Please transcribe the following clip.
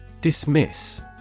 Dismiss